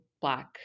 Black